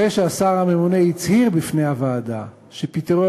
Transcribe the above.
אחרי שהשר הממונה הצהיר בפני הוועדה שפיטורי